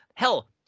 Hell